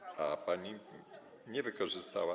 A pani nie wykorzystała?